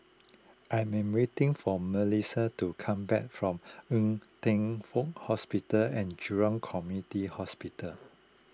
I am waiting for Malissie to come back from Ng Teng Fong Hospital and Jurong Community Hospital